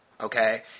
Okay